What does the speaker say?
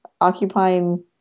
occupying